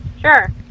Sure